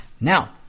Now